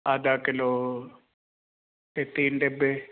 ਆਧਾ kilo ਤੇ ਤਿੰਨ ਡੱਬੇ